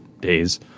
days